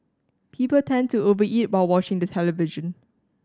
people tend to over eat while watching the television